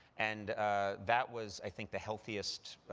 and that was, i think, the healthiest